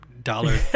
Dollar